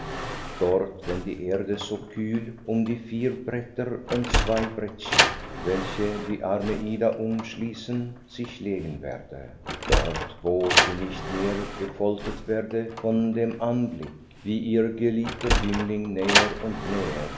dort wenn die erde so kühl um die vier bretter und zwei brettchen welche die arme ida umschließen sich legen werde dort wo sie nicht mehr gefoltert werde von dem anblick wie ihr geliebter jüngling näher und näher